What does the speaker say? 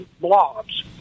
blobs